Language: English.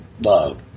love